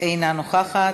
אינה נוכחת,